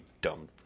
dumb